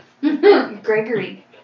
Gregory